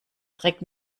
dreck